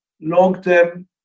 long-term